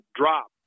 drop